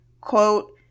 Quote